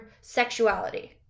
Sexuality